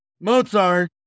Mozart